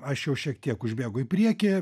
aš jau šiek tiek užbėgu į priekį